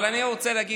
אבל אני רוצה לספר,